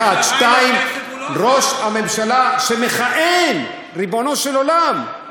שתיים, ראש ממשלה שמכהן, ריבונו של עולם,